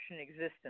existence